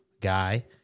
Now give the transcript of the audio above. guy